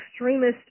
extremist